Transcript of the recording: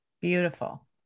Beautiful